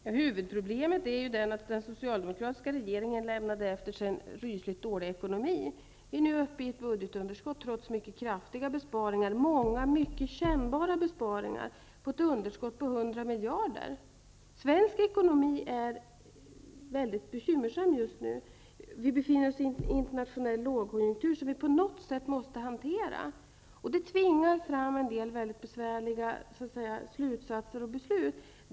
Fru talman! Huvudproblemet är att den socialdemokratiska regeringen lämnade efter sig en rysligt dålig ekonomi. Vi är nu, trots många mycket kännbara besparingar, uppe i ett budgetunderskott på 100 miljarder. Svensk ekonomi är just nu väldigt bekymmersam. Vi befinner oss i en internationell lågkonjunktur, som vi på något sätt måste hantera. Det tvingar fram en del besvärliga slutsatser och beslut.